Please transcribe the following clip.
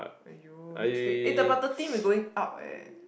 !aiyo! next week eh the but thirteen we going out eh